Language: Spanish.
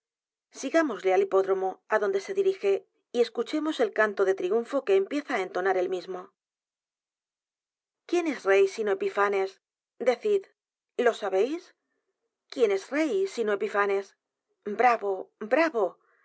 sigámosle al hipódromo á donde se dirige y escuchemos el canto d e triunfo que empieza á entonar él mismo quién es rey sino epifanes decid lo sabéis quién es rey sino epifanes i bravo bravo